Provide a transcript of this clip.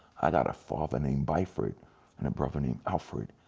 i got a father named byford, and a brother named alfred,